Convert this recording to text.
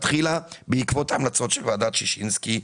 בדצמבר 2019 רשות המסים פרסמה שהיא בוחנת תיקון חקיקה